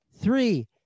Three